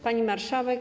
Pani Marszałek!